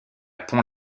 pont